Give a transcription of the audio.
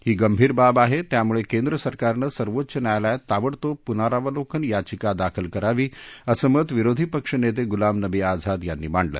ही गंभीर बाब आहे त्यामुळे केंद्र सरकारनं सर्वोच्च न्यायालयात ताबडतोब प्नरावलोकन याचिका दाखल करावी असं मत विरोधी पक्ष नेते गुलाम नबी आझाद यांनी मांडलं